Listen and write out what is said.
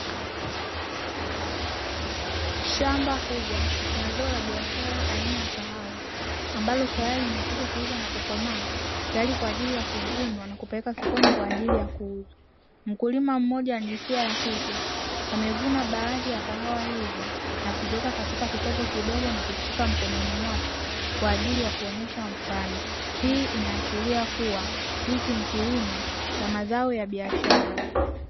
Shamba kubwa la zao la biashara aina ya kahawa ambalo tayari limekwisha kuiva na kukomaa, tayari kwa ajili ya kuvunwa na kupelekwa sokoni kwa ajili ya kuuzwa. Mkulima mmoja wa jinsia ya kike amevuna baadhi ya kahawa hizo na kuziweka katika kikopo kidogo na kukishika mkononi mwake kwa ajili ya kuonyesha mfano. Hii inaashiria kuwa hichi ni kilimo cha mazao ya biashara.